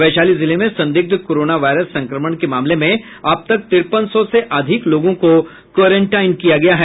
वैशाली जिले में संदिग्ध कोरोना वायरस संक्रमण के मामले में अब तक तिरेपन सौ से अधिक लोगों को क्वेरेनटाइन किया गया है